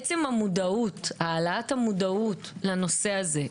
עצם העלאת המודעות לנושא הזה,